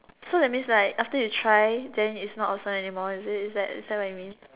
so that's means like after you try then it's not awesome anymore is it is that is that what it mean